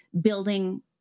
building